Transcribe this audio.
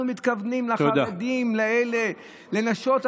אנחנו מתכוונים לחרדים האלה, לנשות האברכים.